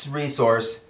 resource